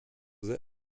their